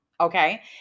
okay